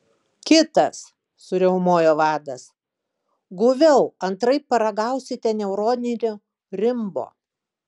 kitas suriaumojo vadas guviau antraip paragausite neuroninio rimbo